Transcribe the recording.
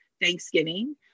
Thanksgiving